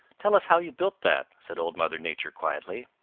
tell us how you built that, said old mother nature quietly.